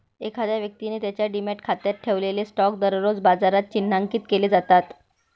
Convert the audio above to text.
एखाद्या व्यक्तीने त्याच्या डिमॅट खात्यात ठेवलेले स्टॉक दररोज बाजारात चिन्हांकित केले जातात